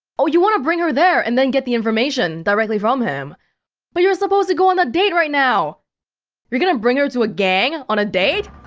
oh, you wanna bring here there, and then get the information directly from him but you're supposed to go on that date right now you're gonna bring her to a gang, on a date?